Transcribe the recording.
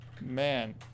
man